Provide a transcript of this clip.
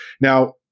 Now